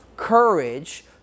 Courage